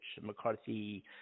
McCarthy